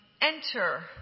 enter